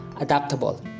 adaptable